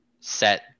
set